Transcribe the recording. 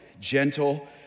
gentle